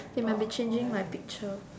they might be changing my picture